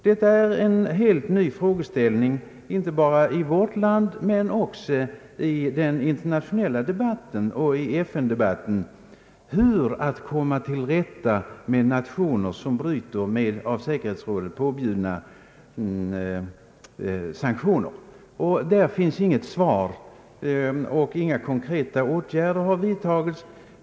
Detta är en helt ny frågeställning, inte bara i vårt land utan även i den internationella debatten och i FN-debatten, hur man skall komma till rätta med nationer som bryter mot av säkerhetsrådet påbjudna sanktioner. Det finns inget svar på den frågan, och inga konkreta åtgärder har vidtagits.